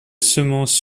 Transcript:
semences